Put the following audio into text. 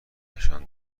نشان